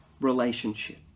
relationship